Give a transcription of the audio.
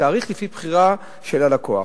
ותאריך לפי בחירה של הלקוח.